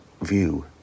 view